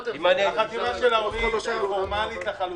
החתימה של ההורים היא פורמלית לחלוטין.